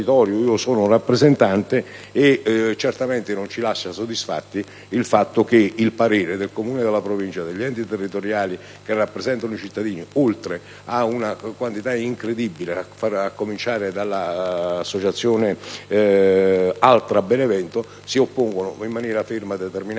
sono rappresentante. Certamente non ci lascia soddisfatti il fatto che il parere del Comune, della Provincia e degli enti territoriali che rappresentano i cittadini, oltre ad una quantità incredibile di associazioni, a cominciare dell'associazione "Altrabenevento", si oppongono in maniera ferma, determinata